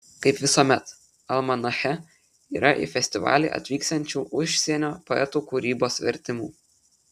kaip visuomet almanache yra į festivalį atvyksiančių užsienio poetų kūrybos vertimų